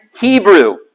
Hebrew